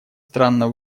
странно